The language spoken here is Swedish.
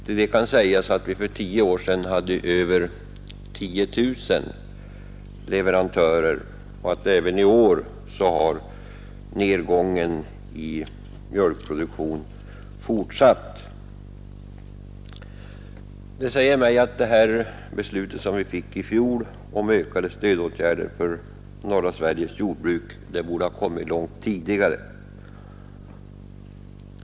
Till det kan sägas att vi för tio år sedan hade över 10 000 leverantörer och att nedgången i mjölkproduktion har fortsatt även i år. Detta säger mig att det beslut som vi fattade i fjol om ökade stödåtgärder för norra Sveriges jordbruk borde ha fattats långt tidigare.